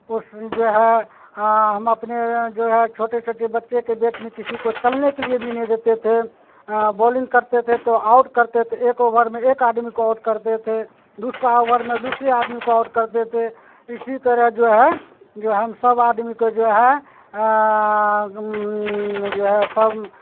اس جو ہے ہم اپنے جو ہے چھوٹے چھوٹے بچے کے بیچ میں کسی کو چلنے کے لیے بھی نہیں دیتے تھے بولنگ کرتے تھے تو آؤٹ کرتے تے ایک اوبر میں ایک آدمی کو آؤٹ کرتے تھے دوسرا اوبر میں دوسرے آدمی کو آؤٹ کرتے تھے اسی طرح جو ہے جو ہم سب آدمی کو جو ہے جو ہے سب